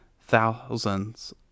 thousands